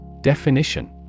Definition